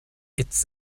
it’s